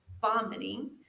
vomiting